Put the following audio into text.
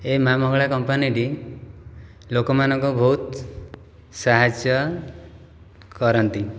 ଏ ମା' ମଙ୍ଗଳା କମ୍ପାନୀଟି ଲୋକମାନଙ୍କ ବହୁତ ସାହାଯ୍ୟ କରନ୍ତି